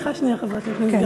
סליחה שנייה, חברת הכנסת גלאון.